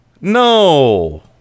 no